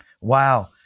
Wow